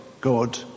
God